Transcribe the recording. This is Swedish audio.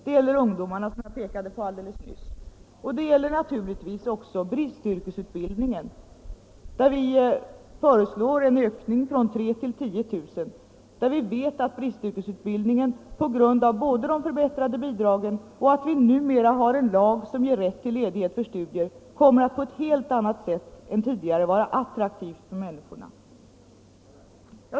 Det gäller, som jag nyss påpekade, ungdomarna. Och det gäller naturligtvis också bristyrkesutbildningen, där vi får en ökning från 3 000 till 10 000. Vi vet att bristyrkesutbildningen på grund av både de förbättrade bidragen och den numera införda lagen om rätt till ledighet för studier på ett helt annat sätt än tidigare kommer att vara attraktiv för människorna.